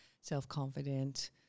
self-confident